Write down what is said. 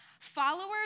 Followers